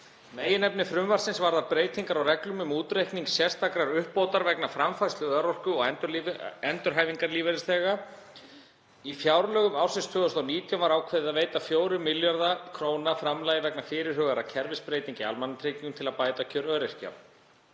Meginefni frumvarpsins varðar breytingar á reglum um útreikning sérstakrar uppbótar vegna framfærslu örorku- og endurhæfingarlífeyrisþega. Í fjárlögum ársins 2019 var ákveðið að veita 4 milljarða kr. framlag vegna fyrirhugaðra kerfisbreytinga í almannatryggingum til að bæta kjör öryrkja.